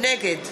נגד